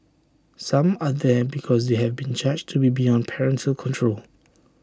some are there because they have been judged to be beyond parental control